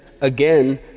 Again